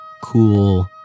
cool